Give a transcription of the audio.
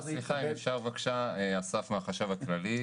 סליחה, אני אסף מהחשב הכללי,